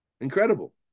Incredible